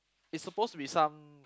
it's supposed to be some